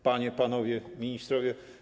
Panie i Panowie Ministrowie!